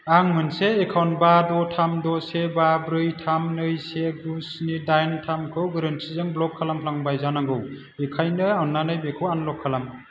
आं मोनसे एकाउन्ट बा द' थाम द' से बा ब्रै थाम नै से गु स्नि डाइन थामखौ गोरोन्थिजों ब्लक खालामफ्लांबाय जानांगौ बेखायनो अन्नानै बेखौ आनब्लक खालाम